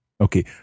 Okay